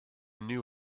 knew